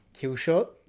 Killshot